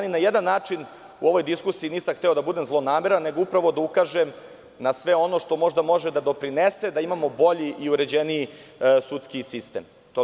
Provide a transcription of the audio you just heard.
Ni na jedan način u ovoj diskusiji nisam hteo da budem zlonameran, nego upravo da ukažem na sve ono što možda može da doprinese da imamo bolji i uređeniji sudski sistem.